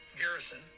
Garrison